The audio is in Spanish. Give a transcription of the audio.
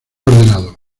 ordenado